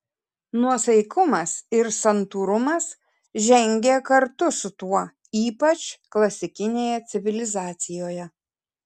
nuosaikumas ir santūrumas žengė kartu su tuo ypač klasikinėje civilizacijoje